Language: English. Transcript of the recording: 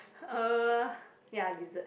uh ya lizard